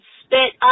spit